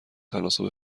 تناسب